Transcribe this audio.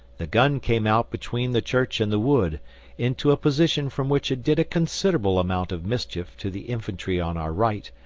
the gun came out between the church and the wood into a position from which it did a considerable amount of mischief to the infantry on our right,